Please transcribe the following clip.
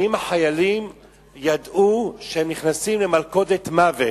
האם החיילים ידעו שהם נכנסים למלכודת מוות?